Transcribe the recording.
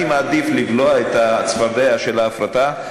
אני מעדיף לבלוע את הצפרדע של ההפרטה,